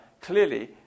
clearly